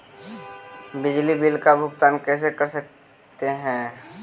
बिजली बिल का भुगतान कैसे कर सकते है?